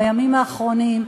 בימים האחרונים,